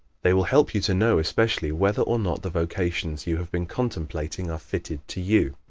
they will help you to know especially whether or not the vocations you have been contemplating are fitted to you.